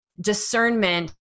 discernment